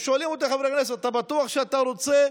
אתה בטוח שאתה רוצה?